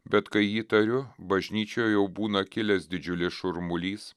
bet kai jį tariu bažnyčioje jau būna kilęs didžiulis šurmulys